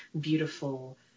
beautiful